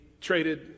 traded